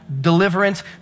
deliverance